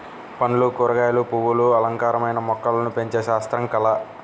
పండ్లు, కూరగాయలు, పువ్వులు అలంకారమైన మొక్కలను పెంచే శాస్త్రం, కళ